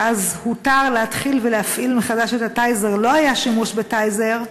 שאז הותר להתחיל להפעיל מחדש את ה"טייזר" לא היה שימוש ב"טייזר",